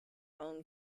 own